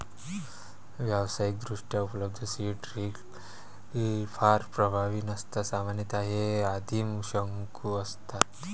व्यावसायिकदृष्ट्या उपलब्ध seed drill फार प्रभावी नसतात सामान्यतः हे आदिम शंकू असतात